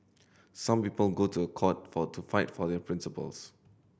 some people go to a court for to fight for their principles